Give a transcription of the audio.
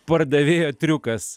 pardavėjo triukas